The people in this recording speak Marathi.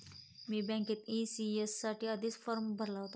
मी बँकेत ई.सी.एस साठी आधीच फॉर्म भरला होता